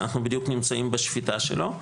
שאנחנו בדיוק נמצאים בשפיטה שלו.